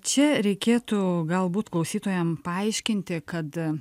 čia reikėtų galbūt klausytojam paaiškinti kad